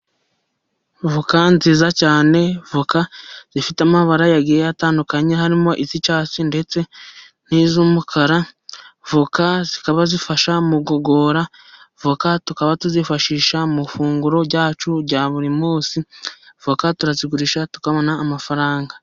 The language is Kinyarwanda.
Avoka nziza cyane, avoka zifite amabara agiye atandukanye, harimo iz'icyatsi ndetse n'iz'umukara. Avoka zikaba zifasha mu igogora, avoka tukaba tuzifashisha mu ifunguro ryacu rya buri munsi, avoka turazigurisha tukabona amafaranga.